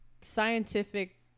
scientific